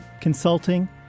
consulting